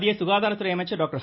மத்திய சுகாதாரத்துறை அமைச்சர் டாக்டர்